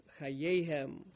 hayehem